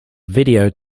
video